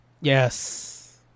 Yes